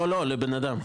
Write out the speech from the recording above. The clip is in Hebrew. לא, לאדם.